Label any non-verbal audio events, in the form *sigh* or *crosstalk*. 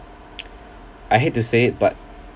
*noise* I hate to say it but